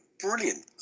Brilliant